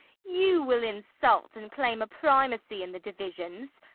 you will insult, and claim a primacy in the divisions!